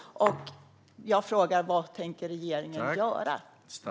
Vad tänker regeringen göra?